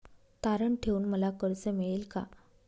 तारण ठेवून मला कर्ज मिळेल का?